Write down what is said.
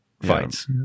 fights